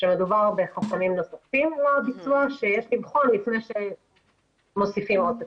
שמדובר בחסמים נוספים לביצוע שיש לבחון לפני שמוסיפים עוד תקציב.